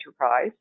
enterprise